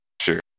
Sure